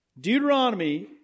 Deuteronomy